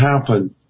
happen